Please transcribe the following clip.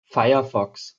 firefox